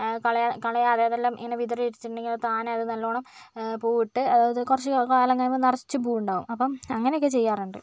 കള കളയാതെ അതെല്ലാം ഇങ്ങനെ വിതറിവെച്ചിട്ടുണ്ടെങ്കിൽ താനെ അത് നല്ലവണ്ണം പൂവിട്ട് അത് കുറച്ച് കാലം കഴിയുമ്പം നിറച്ച് പൂവുണ്ടാകും അപ്പോൾ അങ്ങനെയൊക്കെ ചെയ്യാറുണ്ട്